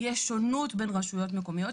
יש שונות בין רשויות מקומיות,